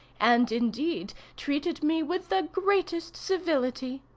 and indeed treated me with the greatest civility.